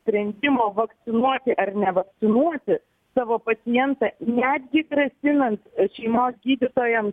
sprendimo vakcinuoti ar nevakcinuoti savo pacientą netgi grasinant šeimos gydytojam